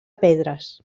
pedres